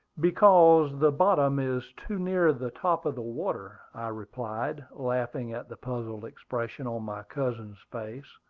because the bottom is too near the top of the water, i replied, laughing at the puzzled expression on my cousin's face.